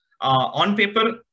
on-paper